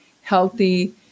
healthy